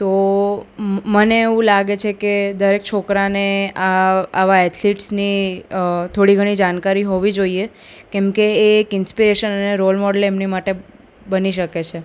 તો મને એવું લાગે છે કે દરેક છોકરાને આ આવા એથ્લિટ્સની થોડી ઘણી જાણકારી હોવી જોઈએ કેમકે એ એક ઇન્સ્પિરેશન અને રોલ મોડલ એમની માટે બની શકે છે